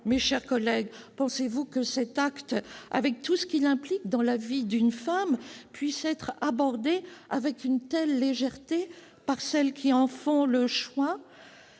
mes chers collègues, que cet acte, avec tout ce qu'il implique dans la vie d'une femme, puisse être abordé avec une telle légèreté par celles qui en font le choix ?